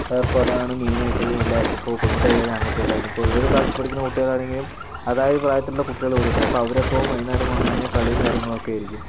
ഏർപ്പാടാണ് മെയ്നായിട്ട് എല്ലാവർക്കും ഇപ്പോൾ പെൺക്കുട്ടികളായാലും ആൺകുട്ടികളായാലും പൊതുവേ ഏത് ക്ലാസ്സിൽ പഠിക്കുന്ന കുട്ടികളാണെങ്കിലും അതായത് പ്രായത്തിലുള്ള കുട്ടികള് കൂടെയുണ്ട് അപ്പോൾ അവരോടൊപ്പം വൈകുന്നേരം വന്ന് കഴിഞ്ഞാൽ കളിയും കാര്യങ്ങളൊക്കെയായിരിക്കും